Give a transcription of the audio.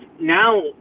now